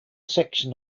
section